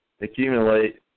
accumulate